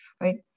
right